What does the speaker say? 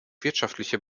wirtschaftliche